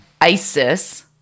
Isis